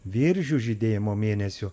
viržių žydėjimo mėnesiu